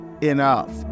enough